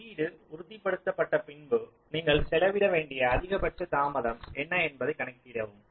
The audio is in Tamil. வெளியீடு உறுதிப்படுத்தப் பின்பு நீங்கள் செலவிட வேண்டிய அதிகபட்ச தாமதம் என்ன என்பதைக் கண்டறியவும்